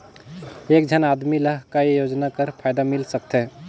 एक झन आदमी ला काय योजना कर फायदा मिल सकथे?